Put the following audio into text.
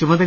ചുമതല